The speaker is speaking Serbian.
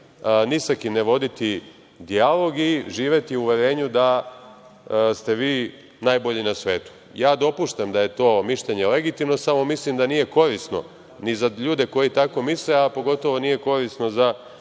ni sa kim ne voditi dijalog i živeti u uverenju da ste vi najbolji na svetu. Ja dopuštam da je to mišljenje legitimno, samo mislim da nije korisno ni za ljude koji tako misle, a pogotovo nije korisno za